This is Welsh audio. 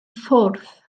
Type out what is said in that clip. ffwrdd